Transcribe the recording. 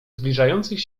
zbliżających